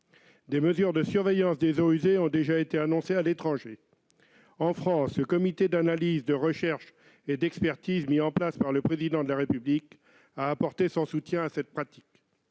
Des mesures de surveillance des eaux usées ont déjà été annoncées à l'étranger. En France, le Comité analyse, recherche et expertise (CARE) mis en place par le Président de la République a apporté son soutien à une telle pratique.